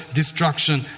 destruction